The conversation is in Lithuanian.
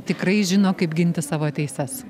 tikrai žino kaip ginti savo teises